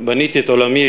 בניתי את עולמי,